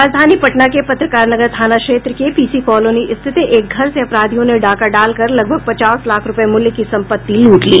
राजधानी पटना के पत्रकार नगर थाना क्षेत्र के पीसीकॉलोनी स्थित एक घर से अपराधियों ने डाका डालकर लगभग पचास लाख रूपये मूल्य की संपत्ति लूट ली